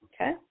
okay